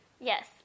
Yes